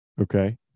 Okay